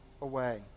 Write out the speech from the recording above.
away